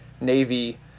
Navy